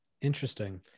Interesting